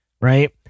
Right